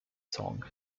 song